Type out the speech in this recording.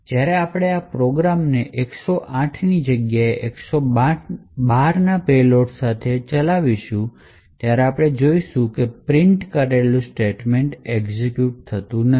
જ્યારે આપણે આ પ્રોગ્રામને 108 ની જગ્યાએ 112 ના પેલોડ સાથે ફરીથી ચલાવીશું ત્યારે આપણે જોઈશું પ્રિંટ કરેલું સ્ટેટમેન્ટ એક્ઝીક્યુટ થતું નથી